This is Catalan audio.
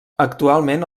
actualment